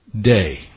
day